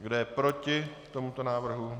Kdo je proti tomuto návrhu?